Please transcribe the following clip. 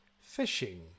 fishing